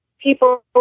people